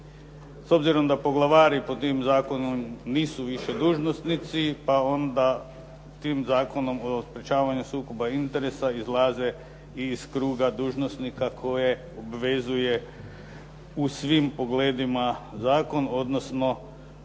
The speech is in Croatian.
S obzirom da poglavari po tom zakonu nisu više dužnosnici pa onda tim Zakonom o sprečavanju sukoba interesa izlaze i iz kruga dužnosnika koje obvezuje u svim pogledima zakon odnosno